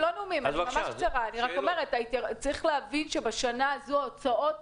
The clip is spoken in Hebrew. אני רק אומרת: צריך להבין שבשנה הזו ההוצאות